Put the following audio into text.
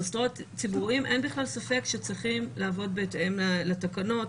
מוסדות ציבוריים אין בכלל ספק שצריכים לעבוד בהתאם לתקנות,